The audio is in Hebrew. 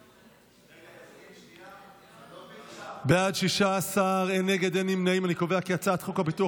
גמלת ילד נכה לאומן בעד ילד הנמצא אצלו באומנה),